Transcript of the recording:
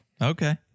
Okay